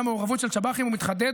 עולה האטרקטיביות